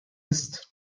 ist